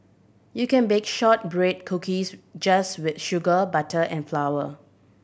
you can bake shortbread cookies just with sugar butter and flour